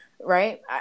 right